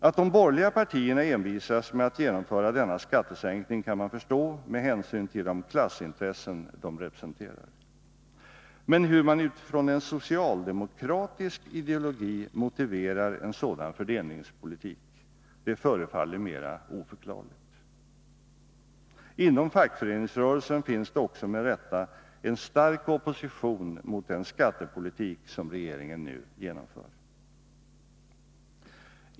Att de borgerliga partierna envisas med att genomföra denna skattesänkning är förståeligt med tanke på de klassintressen de representerar. Men hur man utifrån en socialdemokratisk ideologi motiverar en sådan fördelningspolitik, det förefaller mer oförklarligt. Inom fackföreningsrörelsen finns det också med rätta en stark opposition mot den skattepolitik som regeringen nu genomför.